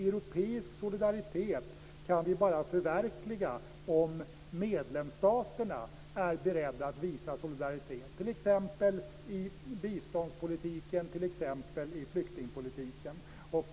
Europeisk solidaritet kan vi bara förverkliga om medlemsstaterna är beredda att visa solidaritet t.ex. i biståndspolitiken och i flyktingpolitiken.